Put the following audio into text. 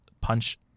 Punch